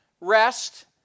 Rest